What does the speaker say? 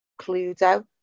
Cluedo